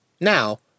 Now